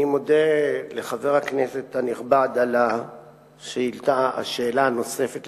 אני מודה לחבר הכנסת הנכבד על השאלה הנוספת.